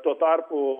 tuo tarpu